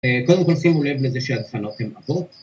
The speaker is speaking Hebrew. קודם כל, שימו לב לזה שהדפנות הם עבות